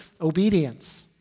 obedience